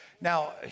Now